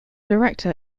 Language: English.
director